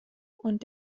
und